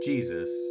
Jesus